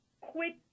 quit